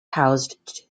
housed